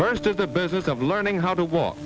first of the business of learning how to walk